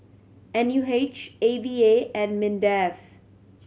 N U H A V A and MINDEF